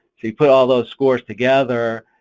you put all those scores together,